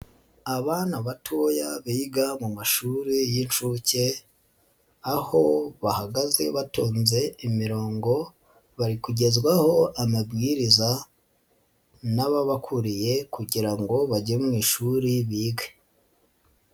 Abana batoya biga mu mashuri y'inshuke, aho bahagaze batonze imirongo, bari kugezwaho amabwiriza n'ababakuriye kugira ngo bajye mu ishuri bige.